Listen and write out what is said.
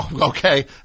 okay